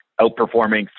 outperforming